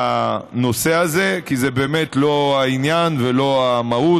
לנושא הזה, כי זה לא העניין ולא המהות.